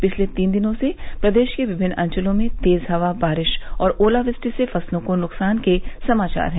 पिछले तीन दिनों से प्रदेश के विभिन्न अंचलों में तेज हवा बारिश और ओलावृष्टि से फसलों को नुकसान के समाचार हैं